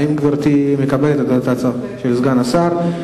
האם גברתי מקבלת את ההצעה של סגן השר?